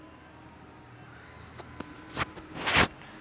RD अन FD चे फायदे काय रायते?